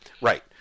Right